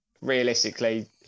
realistically